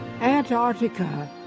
Antarctica